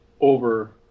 over